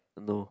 no